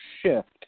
shift